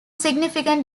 significant